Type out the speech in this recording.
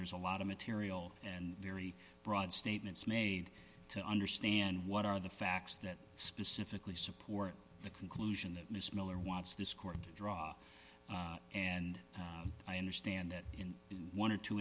there's a lot of material and very broad statements made to understand what are the facts that specifically support the conclusion that ms miller wants this court to draw and i understand that in one or two